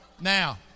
Now